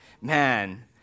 Man